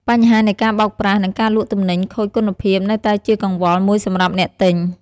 បញ្ហានៃការបោកប្រាស់និងការលក់ទំនិញខូចគុណភាពនៅតែជាកង្វល់មួយសម្រាប់អ្នកទិញ។